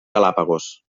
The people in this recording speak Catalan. galápagos